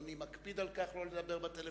ואדוני מקפיד על כך, לא לדבר בטלפונים.